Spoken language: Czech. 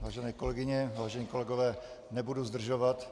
Vážené kolegyně, vážení kolegové, nebudu zdržovat.